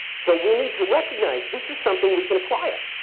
so we need to recognize. this is something we can acquire.